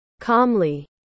Calmly